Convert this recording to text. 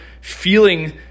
feeling